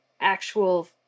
actual